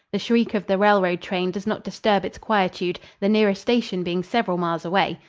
the shriek of the railroad train does not disturb its quietude, the nearest station being several miles away.